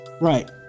right